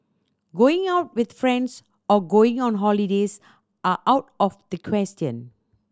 going out with friends or going on holidays are out of the question